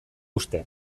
uste